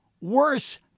worse